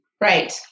Right